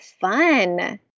fun